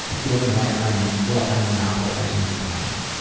and feeling like i'm like i'm monopolizing your time.